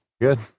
Good